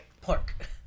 Pork